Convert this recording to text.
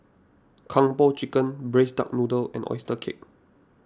Kung Po Chicken Braised Duck Noodle and Oyster Cake